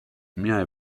میای